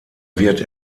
wird